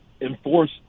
enforce